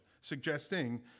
suggesting